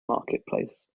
marketplace